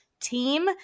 team